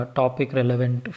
topic-relevant